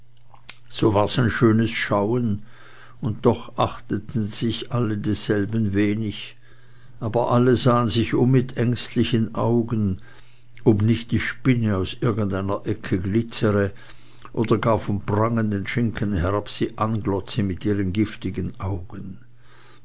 so war's ein schönes schauen und doch achteten sich alle desselben wenig aber alle sahen sich um mit ängstlichen augen ob nicht die spinne aus irgendeiner ecke glitzere oder gar vom prangenden schinken herab sie anglotze mit ihren giftigen augen